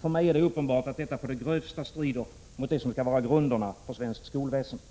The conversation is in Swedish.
För mig är det uppenbart att detta på det grövsta stider mot vad vi kallar grunderna för svenskt skolväsende.